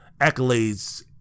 accolades